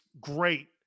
great